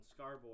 Scarboy